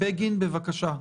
בבקשה,